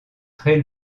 trail